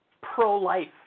pro-life